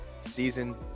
season